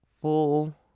full